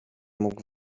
mógł